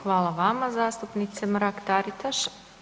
Hvala vama zastupnice Mrak-Taritaš.